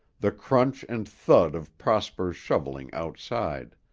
the crunch and thud of prosper's shoveling outside.